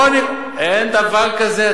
אין דבר כזה.